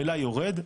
המלאי יורד,